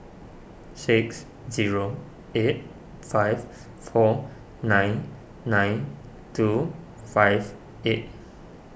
six zero eight five four nine nine two five eight